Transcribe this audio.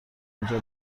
اینجا